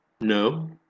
no